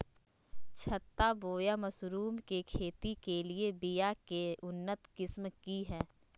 छत्ता बोया मशरूम के खेती के लिए बिया के उन्नत किस्म की हैं?